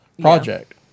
project